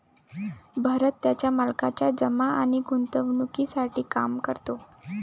भरत त्याच्या मालकाच्या जमा आणि गुंतवणूकीसाठी काम करतो